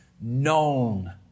known